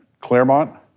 Claremont